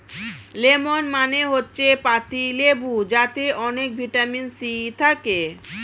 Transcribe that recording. lemon মানে হচ্ছে পাতিলেবু যাতে অনেক ভিটামিন সি থাকে